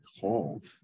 called